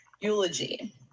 eulogy